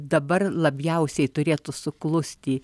dabar labiausiai turėtų suklusti